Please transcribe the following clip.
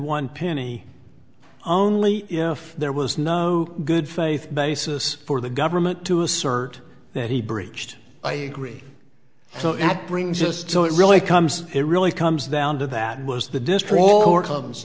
one penny only if there was no good faith basis for the government to assert that he breached i agree so that brings us to what really comes it really comes down to that was the distro or comes